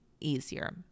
easier